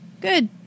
Good